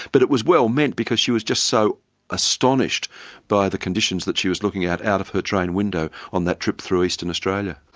but it was well meant, because she was just so astonished by the conditions that she was looking at out of her train window on that trip through eastern australia.